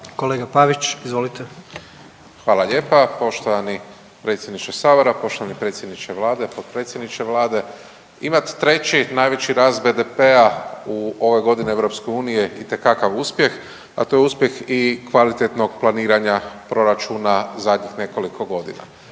**Pavić, Marko (HDZ)** Hvala lijepa. Poštovani Predsjedniče Sabora, poštovani predsjedniče Vlade, potpredsjedniče Vlade. Imat treći najveći rast BDP-a u ovoj godini Europske unije je itekakav uspjeh, a to je uspjeh i kvalitetnog planiranja Proračuna zadnjih nekoliko godina.